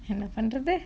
என்ன பண்றது:enna panrathu